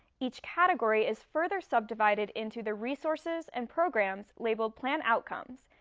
each category is further subdivided into the resources and programs labeled plan outcomes.